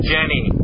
Jenny